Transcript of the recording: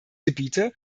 gebiete